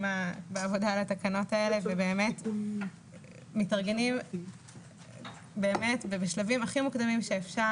בעבודה על התקנות האלה ובאמת מתארגנים בשלבים הכי מוקדמים שאפשר.